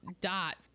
Dot